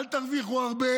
אל תרוויחו הרבה